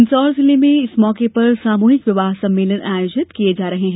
मंदसौर जिले में इस मौके पर सामूहिक विवाह सम्मेलन आयोजित किया गया है